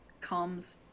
comes